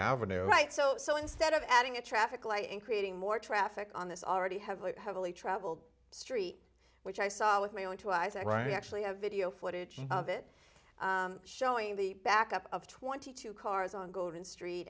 avenue right so so instead of adding a traffic light and creating more traffic on this already heavily heavily traveled street which i saw with my own two eyes i actually have video footage of it showing the back up of twenty two cars on golden street